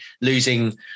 losing